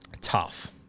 Tough